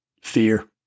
fear